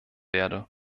werde